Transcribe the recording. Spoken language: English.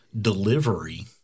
delivery